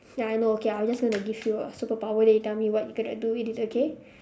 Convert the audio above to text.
ya I know okay I will just gonna give you a superpower then you tell me what you going to do with it okay